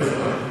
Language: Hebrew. יגיע.